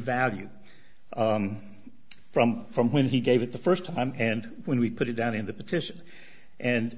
value from from when he gave it the st time and when we put it down in the petition and